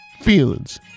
Feelings